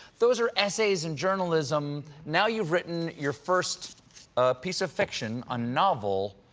those are essays and journalism. now you've written your first piece of fiction, a novel,